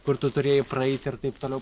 kur tu turėjai praeit ir taip toliau